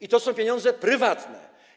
i to są pieniądze prywatne.